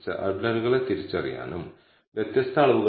18 ഒന്നുമല്ല എന്നാൽ critical value 2